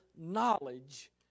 knowledge